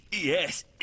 Yes